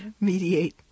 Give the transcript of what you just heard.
mediate